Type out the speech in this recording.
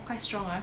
quite strong ah